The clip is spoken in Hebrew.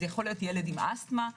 עם אסטמה.